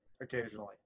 occasionally